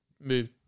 move